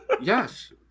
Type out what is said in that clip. Yes